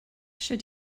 sut